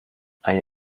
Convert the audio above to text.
einen